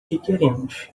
queremos